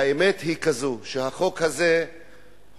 האמת היא כזאת, שהחוק הזה נולד